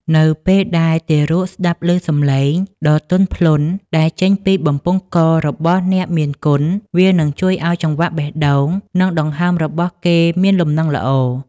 នៅពេលដែលទារកស្ដាប់ឮសំឡេងដ៏ទន់ភ្លន់ដែលចេញពីបំពង់ករបស់អ្នកមានគុណ វានឹងជួយឱ្យចង្វាក់បេះដូង និងដង្ហើមរបស់គេមានលំនឹងល្អ។